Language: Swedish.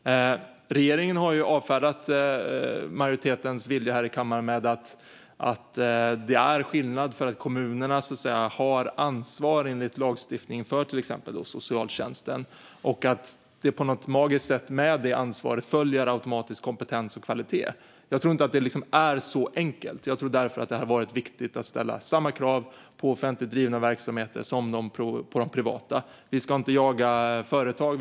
Regeringen har avfärdat riksdagsmajoritetens vilja med att det är skillnad eftersom kommunerna enligt lagstiftningen har ansvar för till exempel socialtjänsten. Med det ansvaret följer på något magiskt sätt kompetens och kvalitet, tycks regeringen mena. Men jag tror inte att det är så enkelt. Jag tror därför att det skulle vara viktigt att ställa samma krav på offentligt drivna verksamheter som på privata. Vi ska inte jaga företag.